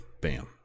bam